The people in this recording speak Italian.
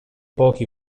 pochi